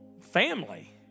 family